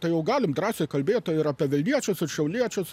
tai jau galim drąsiai kalbėt apie vilniečius ir šiauliečius